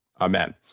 Amen